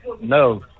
No